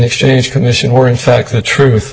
exchange commission or in fact the truth